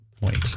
point